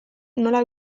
nola